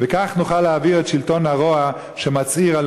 וכך נוכל להעביר את שלטון הרוע שמצהיר על